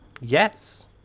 Yes